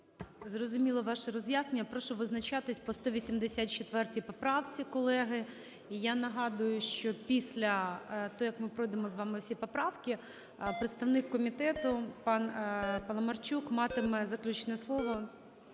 Зрозуміло ваше роз'яснення. Прошу визначатися по 184 поправці, колеги. І я нагадую, що після того, як ми пройдемо з вами всі поправки, представник комітету пан Паламарчук матиме заключне слово,